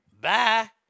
Bye